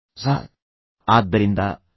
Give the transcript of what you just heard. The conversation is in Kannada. ಇದು ಕಣ್ಣುಗಳು ಆದ್ದರಿಂದ ಮೊಲಕ್ಕೆ ಇದು ಕಿವಿ ಆಗುತ್ತದೆ